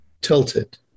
tilted